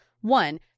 One